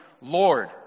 Lord